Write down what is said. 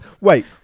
Wait